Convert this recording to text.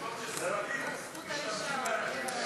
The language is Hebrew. במקום שסמלים משתמשים באנשים זה לא טוב.